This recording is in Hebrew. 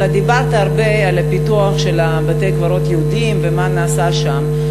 אתה דיברת הרבה על פיתוח בתי-הקברות היהודיים ומה שנעשה שם.